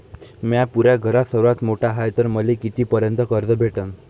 म्या पुऱ्या घरात सर्वांत मोठा हाय तर मले किती पर्यंत कर्ज भेटन?